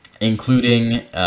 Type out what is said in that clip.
including